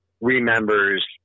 remembers